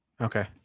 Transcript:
Okay